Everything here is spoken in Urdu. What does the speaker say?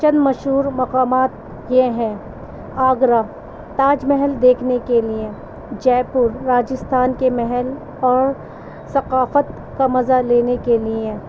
چند مشہور مقامات یہ ہیں آگرہ تاج محل دیکھنے کے لیے جے پور راجستھان کے محل اور ثقافت کا مزہ لینے کے لیے